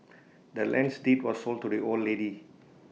the land's deed was sold to the old lady